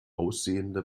aussehende